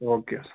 او کے اَسلام